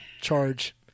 charge